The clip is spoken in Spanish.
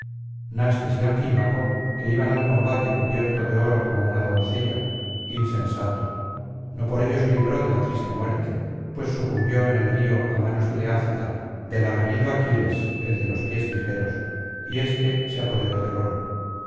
nastes y anfímaco que iba al combate cubierto de oro como una doncella insensato no por ello se libró de la triste muerte pues sucumbió en el río á manos del eácida del aguerrido aquiles el de los pies ligeros y éste se apoderó del oro